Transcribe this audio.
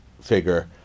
figure